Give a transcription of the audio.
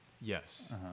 Yes